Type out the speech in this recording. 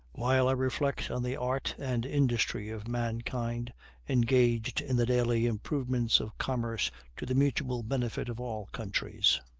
while i reflect on the art and industry of mankind engaged in the daily improvements of commerce to the mutual benefit of all countries,